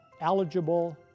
eligible